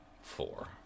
four